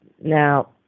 Now